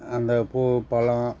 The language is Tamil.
அந்த பூ பழம்